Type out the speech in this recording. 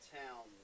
town